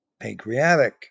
pancreatic